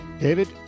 david